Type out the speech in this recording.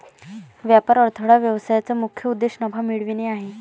व्यापार अडथळा व्यवसायाचा मुख्य उद्देश नफा मिळवणे आहे